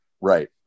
right